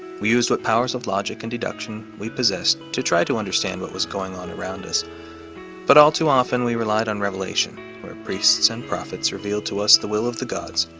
we used what powers of logic and deduction we possessed to try to understand. what was going on around us but all too often we relied on revelation where priests and prophets revealed to us the will of the gods,